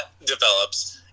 develops